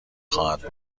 خواهد